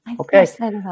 Okay